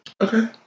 Okay